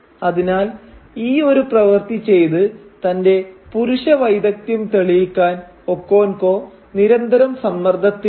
അതിനാൽ ഈ ഒരു പ്രവർത്തി ചെയ്ത് തന്റെ പുരുഷ വൈദഗ്ധ്യം തെളിയിക്കാൻ ഒക്കോൻകോ നിരന്തരം സമ്മർദ്ദത്തിലായിരുന്നു